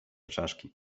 czaszki